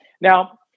Now